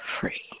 free